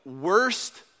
worst